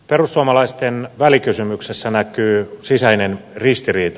perussuomalaisten välikysymyksessä näkyy sisäinen ristiriita